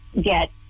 get